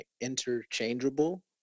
interchangeable